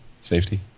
safety